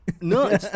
No